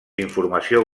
informació